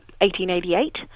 1888